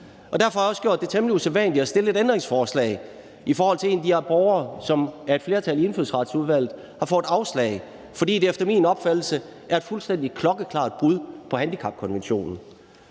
Derfor har jeg også gjort det temmelig usædvanlige at stille et ændringsforslag om en af de her borgere, som af et flertal i Indfødsretsudvalget har fået afslag, fordi det efter min opfattelse er et fuldstændig klokkeklart brud på handicapkonventionen.